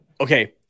okay